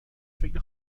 فکر